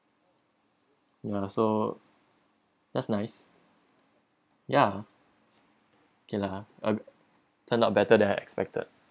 ya so that's nice yeah K lah uh turned out better than I expected